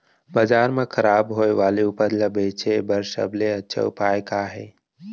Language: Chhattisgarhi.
बाजार मा खराब होय वाले उपज ला बेचे बर सबसे अच्छा उपाय का हे?